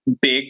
big